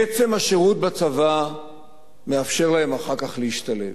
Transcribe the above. עצם השירות בצבא מאפשר להם אחר כך להשתלב.